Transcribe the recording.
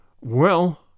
Well